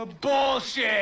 Bullshit